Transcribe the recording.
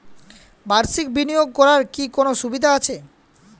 বাষির্ক বিনিয়োগ করার কি কোনো সুবিধা আছে?